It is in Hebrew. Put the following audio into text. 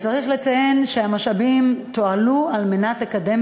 צריך לציין שהמשאבים תועלו על מנת לקדם